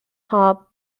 hub